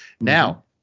Now